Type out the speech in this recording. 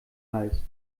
hals